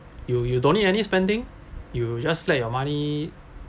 you you don't need any spending you just let your money